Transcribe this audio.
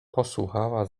posłuchała